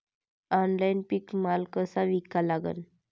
Online पीक माल कसा विका लागन?